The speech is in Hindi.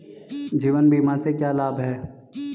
जीवन बीमा से क्या लाभ हैं?